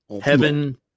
heaven